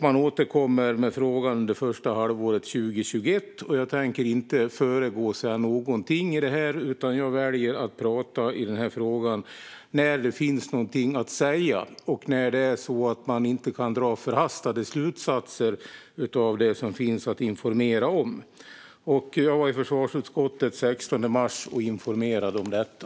Man återkommer i frågan under det första halvåret 2021. Jag tänker inte föregå detta eller säga någonting om det. Jag väljer att tala i frågan när det finns någonting att säga. Man kan inte dra förhastade slutsatser av det som finns att informera om. Jag var i försvarsutskottet den 16 mars och informerade om detta.